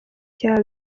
cya